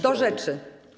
Do rzeczy.